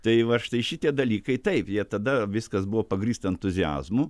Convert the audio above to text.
tai vat štai šitie dalykai taip jie tada viskas buvo pagrįsta entuziazmu